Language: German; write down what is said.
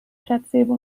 placebo